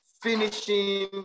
finishing